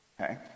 okay